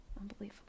unbelievable